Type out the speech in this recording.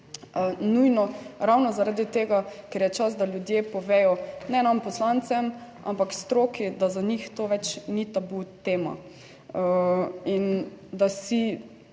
nujno ravno zaradi tega, ker je čas, da ljudje povedo - ne nam poslancem ampak stroki -, da za njih to več ni tabu tema in da si,